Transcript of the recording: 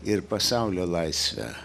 ir pasaulio laisvę